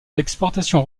l’exportation